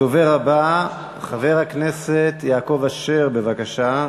הדובר הבא, חבר הכנסת יעקב אשר, בבקשה.